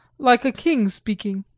like a king speaking.